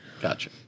gotcha